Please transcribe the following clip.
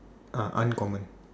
uh uncommon